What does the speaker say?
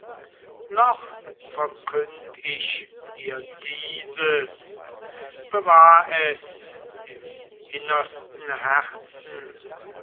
noch verkünd ich dir dieses bewahr es im innersten herzen